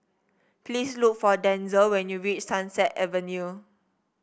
please look for Denzell when you reach Sunset Avenue